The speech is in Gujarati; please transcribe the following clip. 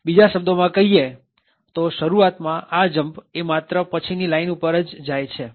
બીજા શબ્દોમાં કહીએ તો શરૂઆતમાં આ jump એ માત્ર પછીની લાઈન પર જ જાય છે